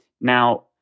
Now